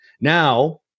Now